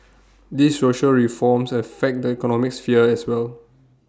these social reforms affect the economic sphere as well